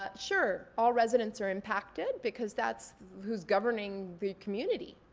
ah sure, all residents are impacted because that's who's governing the community.